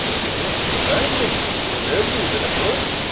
behold divineness no elder than a boy!